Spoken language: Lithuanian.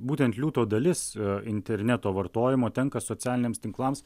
būtent liūto dalis interneto vartojimo tenka socialiniams tinklams